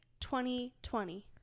2020